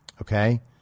Okay